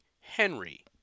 Henry